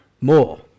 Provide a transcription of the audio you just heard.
More